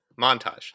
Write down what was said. montage